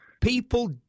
People